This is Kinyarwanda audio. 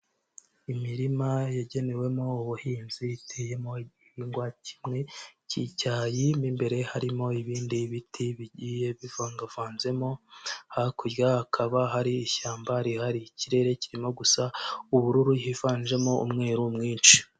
Imirima yagenewemo ubuhinzi iteyemo igihingwa kimwe cy'icyayi mo imbere harimo ibindi biti bigiye bivangavanzemo hakurya hakaba hari ishyamba rihari, ikirere kirimo gusa ubururu hivanjemo umweru mwinshi.